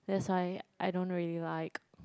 that's why I don't really like